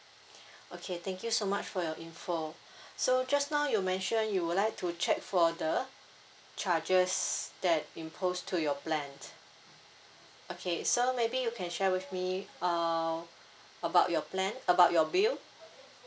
okay thank you so much for your info so just now you mention you would like to check for the charges that impose to your plans okay so maybe you can share with me uh about your plan about your bill